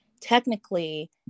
technically